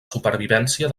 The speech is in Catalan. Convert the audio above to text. supervivència